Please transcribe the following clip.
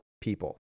people